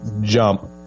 jump